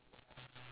ya